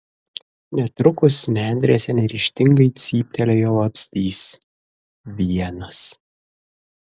netrukus nendrėse neryžtingai cyptelėjo vabzdys vienas